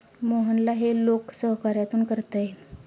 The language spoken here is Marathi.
मोहनला हे लोकसहकार्यातून करता येईल